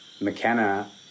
McKenna